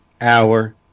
Hour